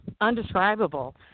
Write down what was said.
undescribable